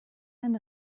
ein